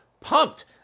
pumped